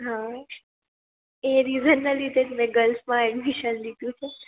હા એ રિઝનનાં લીધે જ મેં ગર્લ્સમાં એડમિશન લીધું છે